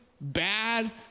bad